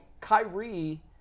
Kyrie